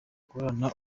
guhorana